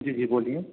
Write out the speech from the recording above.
जी जी बोलिए